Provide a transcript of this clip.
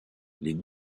les